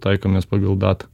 taikomės pagal datą